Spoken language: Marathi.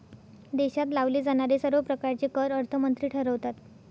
देशात लावले जाणारे सर्व प्रकारचे कर अर्थमंत्री ठरवतात